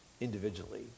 individually